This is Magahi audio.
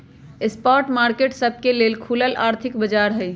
स्पॉट मार्केट सबके लेल खुलल आर्थिक बाजार हइ